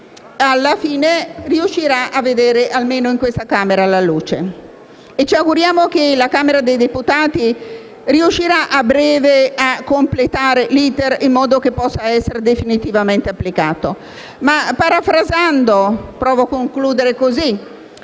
alla fine riuscirà a vedere la luce, almeno in questa Camera. Ci auguriamo che la Camera dei deputati riuscirà a breve a completare l'*iter*, in modo che possa essere definitivamente applicato.